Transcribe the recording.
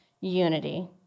unity